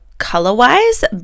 color-wise